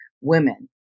women